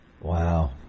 wow